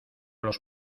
los